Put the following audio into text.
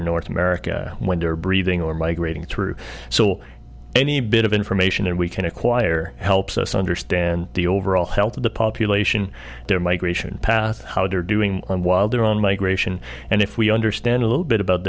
in north america when they're breathing or migrating through so any bit of information and we can acquire helps us understand the overall health of the population their migration path how they're doing while they're on migration and if we understand a little bit about